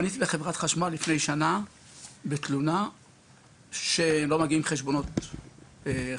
פניתי לחברת חשמל לפני שנה בתלונה שלא מגיעים חשבונות חשמל,